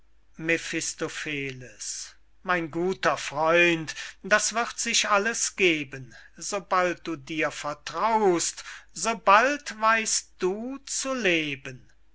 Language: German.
mein guter freund das wird sich alles geben sobald du dir vertraust sobald weißt du zu leben